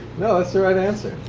no. that's the right answer.